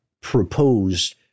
proposed